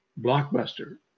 blockbuster